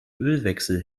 ölwechsel